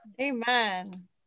Amen